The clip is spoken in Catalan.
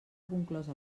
conclosa